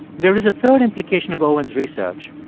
there is a third implication of owen's research,